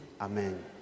Amen